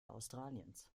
australiens